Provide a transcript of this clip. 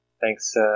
Thanks